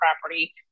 property